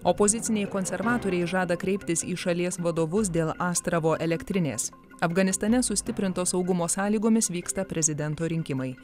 opoziciniai konservatoriai žada kreiptis į šalies vadovus dėl astravo elektrinės afganistane sustiprinto saugumo sąlygomis vyksta prezidento rinkimai